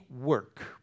work